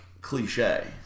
cliche